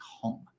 home